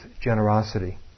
generosity